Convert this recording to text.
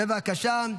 בבקשה.